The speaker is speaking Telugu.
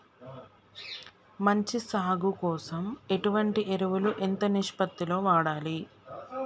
మంచి సాగు కోసం ఎటువంటి ఎరువులు ఎంత నిష్పత్తి లో వాడాలి?